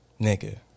Nigga